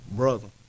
brother